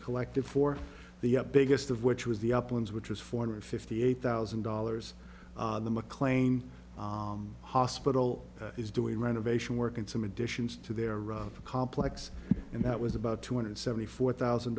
collected for the biggest of which was the uplands which was four hundred fifty eight thousand dollars the mclean hospital is doing renovation work and some additions to their rather complex and that was about two hundred seventy four thousand